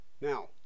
now